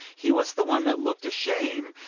he was the one that looked ashamed,